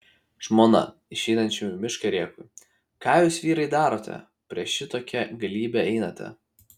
žmona išeinančiam į mišką rėkui ką jūs vyrai darote prieš šitokią galybę einate